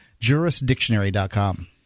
Jurisdictionary.com